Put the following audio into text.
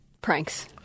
Pranks